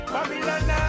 Babylon